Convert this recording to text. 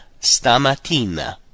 stamattina